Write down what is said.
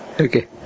Okay